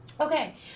Okay